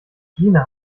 gina